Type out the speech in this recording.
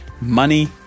money